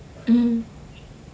mm